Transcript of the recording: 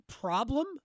problem